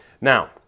Now